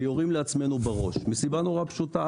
כאן ויורים לעצמנו בראש וזה מסיבה נורא פשוטה.